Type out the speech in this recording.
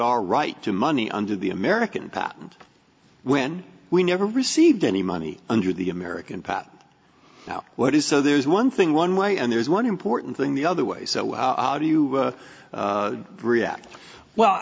our right to money under the american patent when we never received any money under the american pop now what is so there's one thing one way and there's one important thing the other way so how do you react well